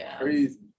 crazy